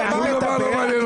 אתה לא מרגיש?